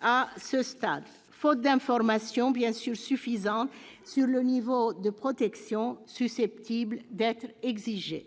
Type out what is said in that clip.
à ce stade, faute d'informations suffisantes sur le niveau de protection susceptible d'être exigé.